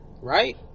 Right